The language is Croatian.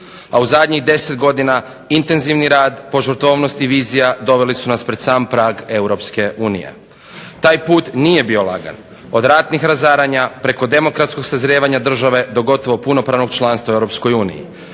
a u zadnjih 10 godina intenzivni rad, požrtvovnost i vizija doveli su nas pred sam prag Europske unije. Taj put nije bio lagan, od ratnih razaranja, preko demokratskog sazrijevanja države do gotovo punopravnog članstva u Europskoj uniji.